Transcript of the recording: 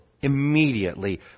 immediately